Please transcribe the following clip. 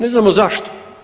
Ne znamo zašto.